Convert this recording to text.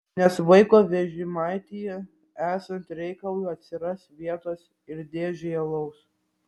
nes vaiko vežimaityje esant reikalui atsiras vietos ir dėžei alaus